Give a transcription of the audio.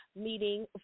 meeting